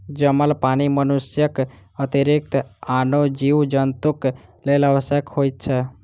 जमल पानि मनुष्यक अतिरिक्त आनो जीव जन्तुक लेल आवश्यक होइत छै